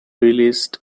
released